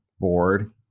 board